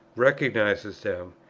recognizes them,